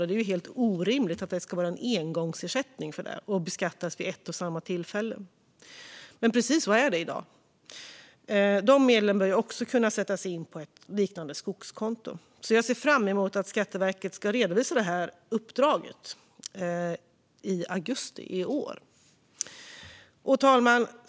Det är orimligt att det ska vara en engångsersättning för det, som beskattas vid ett och samma tillfälle. Men precis så är det i dag. De medlen bör också kunna sättas in på något liknande ett skogskonto. Jag ser fram emot att Skatteverket ska redovisa sitt uppdrag gällande detta i augusti i år. Fru talman!